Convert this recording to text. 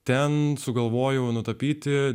ten sugalvojau nutapyti